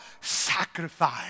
sacrifice